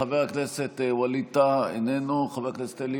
חבר הכנסת ווליד טאהא, איננו, חבר הכנסת אלי